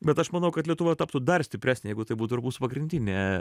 bet aš manau kad lietuva taptų dar stipresnė jeigu tai būtų ir mūsų pagrindinė